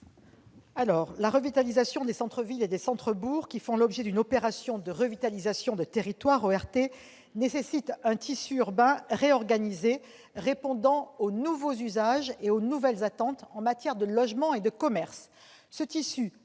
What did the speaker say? La revitalisation des centres-villes et centres-bourgs qui font l'objet d'une opération de revitalisation de territoire, ORT, nécessite un tissu urbain réorganisé répondant aux nouveaux usages et aux nouvelles attentes en matière de logement et de commerce. Ce tissu